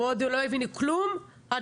ועוד דיון על הגדר לא הבינו כלום עד